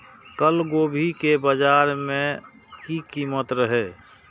कल गोभी के बाजार में की कीमत रहे?